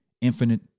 infinite